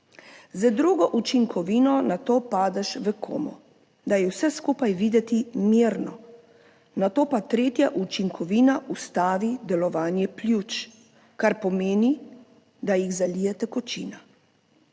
Z drugo učinkovino, nato padeš v komo, da je vse skupaj videti mirno. Nato pa tretja učinkovina ustavi delovanje pljuč, kar pomeni, da jih zalije tekočina.